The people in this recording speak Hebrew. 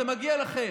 זה מגיע לכם,